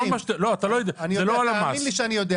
יהיה,